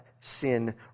sin